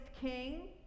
king